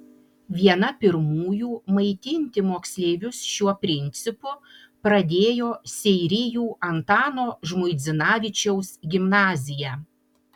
viena pirmųjų maitinti moksleivius šiuo principu pradėjo seirijų antano žmuidzinavičiaus gimnazija